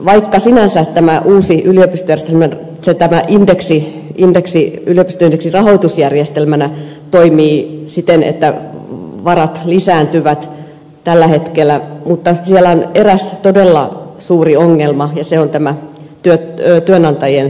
vaikka sinänsä tämä uusi yliopistojärjestelmän indeksi yliopistojen yhtenä rahoitusjärjestelmänä toimii siten että varat lisääntyvät tällä hetkellä niin siellä on eräs todella suuri ongelma ja se on työnantajien työttömyysvakuutusmaksu